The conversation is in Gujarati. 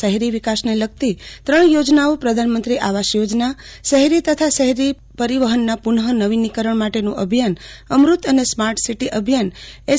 શહેરી વિકાસને લગતી ત્રણ યોજનાઓ પ્રધાનમંત્રી આવાસ યોજના શહેરી તથા શહેરી પરિવહનના પુનઃ નવીનીકરણ માટેનું અભિયાન અમૃત અને સ્માર્ટ સીટી અભિયાન એસ